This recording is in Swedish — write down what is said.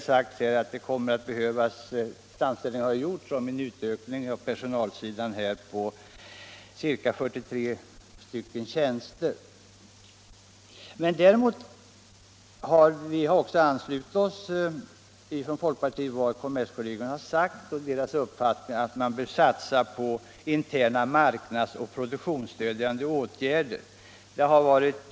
Framställningar har gjorts om utökning av personalsidan med ca 43 tjänster. Från folkpartihåll har vi också anslutit oss till vad kommerskollegium sagt — att man bör satsa på interna marknads och produktionsstödjande åtgärder.